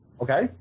Okay